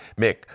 Mick